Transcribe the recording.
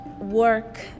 work